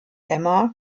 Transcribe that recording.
emma